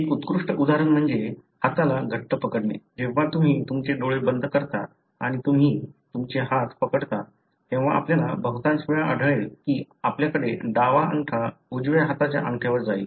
एक उत्कृष्ट उदाहरण म्हणजे हाताला घट्ट पकडणे जेव्हा तुम्ही तुमचे डोळे बंद करता आणि तुम्ही तुमचे हात पकडता तेव्हा आपल्याला बहुतांश वेळा आढळेल की आपल्याकडे डावा अंगठा उजव्या हाताच्या अंगठ्यावर जाईल